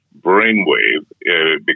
brainwave